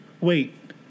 Wait